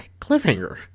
cliffhanger